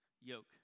Yoke